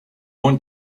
want